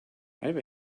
have